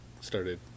started